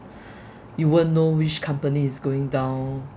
you wouldn't know which company is going down